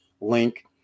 link